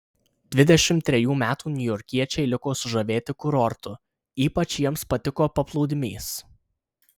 dvidešimt trejų metų niujorkiečiai liko sužavėti kurortu ypač jiems patiko paplūdimys